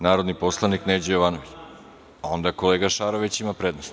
Narodni poslanik Neđo Jovanović Onda kolega Šarović ima prednost.